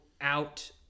out